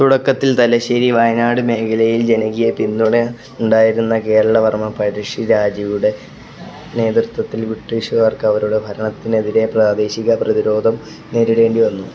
തുടക്കത്തിൽ തലശ്ശേരി വയനാട് മേഖലയിൽ ജനകീയ പിന്തുണ ഉണ്ടായിരുന്ന കേരളവർമ്മ പഴശ്ശിരാജയുടെ നേതൃത്വത്തിൽ ബ്രിട്ടീഷുകാർക്കവരുടെ ഭരണത്തിനെതിരെ പ്രാദേശിക പ്രതിരോധം നേരിടേണ്ടിവന്നു